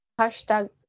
hashtag